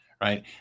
right